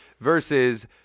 versus